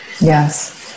Yes